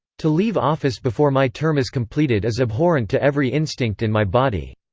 to leave office before my term is completed is abhorrent to every instinct in my body.